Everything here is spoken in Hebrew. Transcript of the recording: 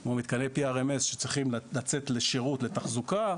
או מתקני גז טבעי שצריכים לצאת לשירות ולתחזוקה,